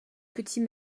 petit